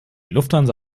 lufthansa